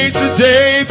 today